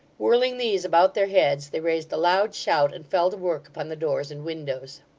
whirling these about their heads they raised a loud shout, and fell to work upon the doors and windows.